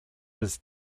his